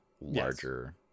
larger